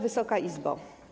Wysoka Izbo!